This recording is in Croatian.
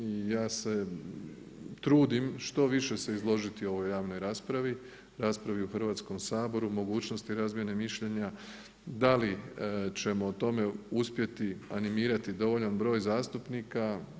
I ja se trudim što više se izložiti ovoj javnoj raspravi, raspravi u Hrvatskom saboru, mogućnosti razmjene mišljenja da li ćemo o tome uspjeti animirati dovoljan broj zastupnika.